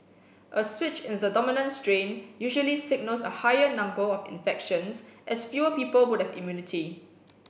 a switch in the dominant strain usually signals a higher number of infections as fewer people would have immunity